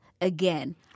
again